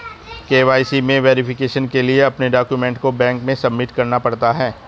KYC में verification के लिए अपने डाक्यूमेंट को बैंक में सबमिट करना पड़ता है